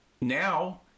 now